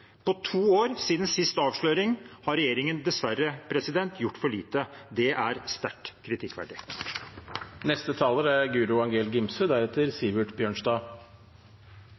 På to år, siden siste avsløring, har regjeringen dessverre gjort for lite. Det er sterkt kritikkverdig.